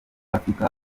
afurika